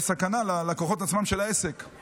יש סכנה ללקוחות של העסק עצמם.